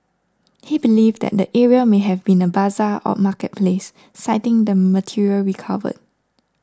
he believed that the area may have been a bazaar or marketplace citing the material recovered